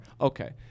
Okay